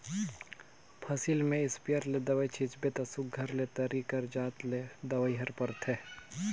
फसिल में इस्पेयर ले दवई छींचबे ता सुग्घर ले तरी कर जात ले दवई हर परथे